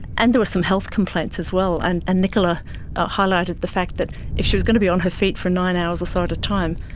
and there was some health complaints as well, and and nicola highlighted the fact that if she was going to be on her feet for nine hours or sort of so